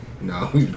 No